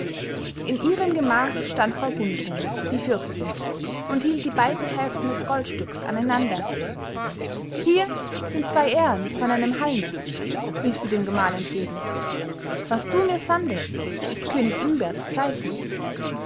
in ihrem gemach stand frau gundrun die fürstin und hielt die beiden hälften des goldstücks aneinander hier sind zwei ähren von einem halme rief sie dem gemahl entgegen was du mir sandtest ist könig ingberts zeichen